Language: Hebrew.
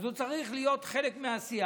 אז הוא צריך להיות חלק מהסיעה.